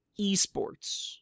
esports